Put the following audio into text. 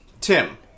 Tim